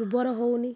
ଉର୍ବର ହେଉନି